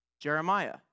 Jeremiah